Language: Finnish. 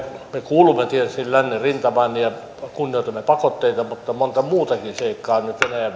me kuulumme tietysti lännen rintamaan ja kunnioitamme pakotteita ja monta muutakin seikkaa on